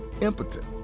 impotent